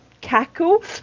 cackle